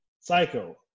psycho